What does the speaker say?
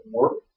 work